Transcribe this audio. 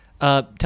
Tell